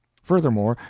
furthermore,